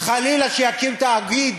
חלילה שיוקם תאגיד